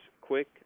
quick